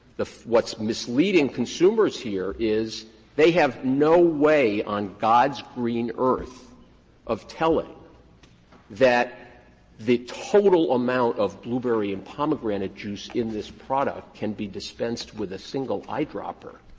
what's misleading consumers here is they have no way on god's green earth of telling that the total amount of blueberry and pomegranate juice in this product can be dispensed with a single eyedropper.